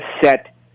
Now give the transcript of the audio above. set